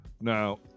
Now